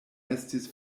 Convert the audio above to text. estis